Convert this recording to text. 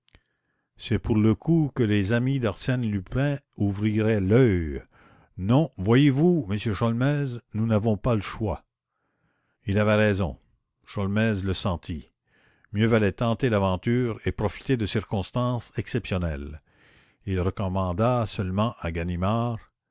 c'est pour le coup que les amis de lupin ouvriraient l'œil non voyez-vous monsieur sholmès nous n'avons pas le choix il avait raison sholmès le sentit mieux valait tenter l'aventure et profiter de circonstances exceptionnelles il recommanda seulement à